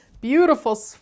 beautiful